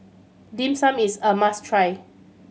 Dim Sum is a must try